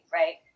right